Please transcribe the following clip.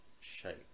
shape